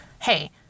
hey